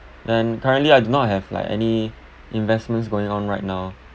and currently I do not have like any investments going on right now